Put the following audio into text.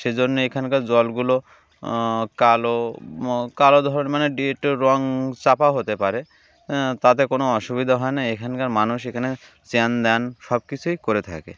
সেজন্যে এখানকার জলগুলো কালো কালো ধর মানে ডি একটু রঙ চাপা হতে পারে তাতে কোনো অসুবিধা হয় না এখানকার মানুষ এখানে চ্যান দ্যান সব কিছুই করে থাকে